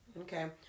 Okay